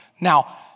Now